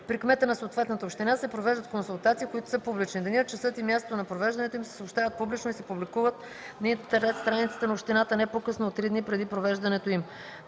При кмета на съответната община се провеждат консултации, които са публични. Денят, часът и мястото на провеждането им се съобщават публично и се публикуват на интернет страницата на общината не по-късно от три дни преди провеждането им.